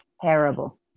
terrible